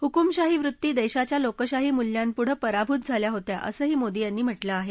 हुकुमशाही वृत्ती देशाच्या लोकशाही मुल्यांपुढं पराभूत झाला होता असंही मोदी यांनी म्हटलं आहे